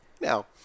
Now